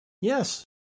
Yes